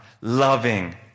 loving